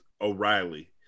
o'reilly